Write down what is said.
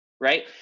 right